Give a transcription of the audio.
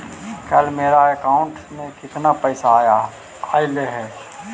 कल मेरा अकाउंटस में कितना पैसा आया ऊ?